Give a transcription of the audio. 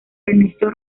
ernesto